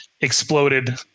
exploded